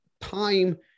Time